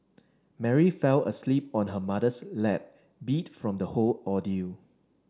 Mary fell asleep on her mother's lap beat from the whole ordeal